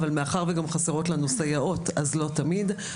אבל מאחר וגם חסרות לנו סייעות אז לא תמיד,